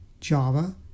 Java